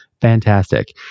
fantastic